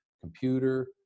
computer